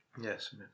Yes